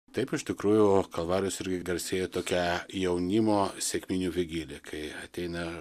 taip iš tikrųjų kalvarijos ir garsėja tokia jaunimo sekminių vigilija kai ateina